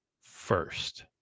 first